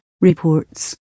reports